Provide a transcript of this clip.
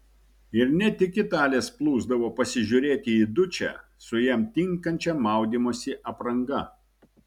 ir ne tik italės plūsdavo pasižiūrėti į dučę su jam tinkančia maudymosi apranga